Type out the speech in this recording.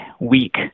weak